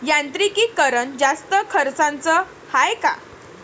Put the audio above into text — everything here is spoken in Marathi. यांत्रिकीकरण जास्त खर्चाचं हाये का?